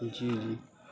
جی جی